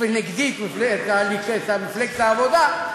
באופן נגדי את מפלגת העבודה,